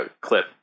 clip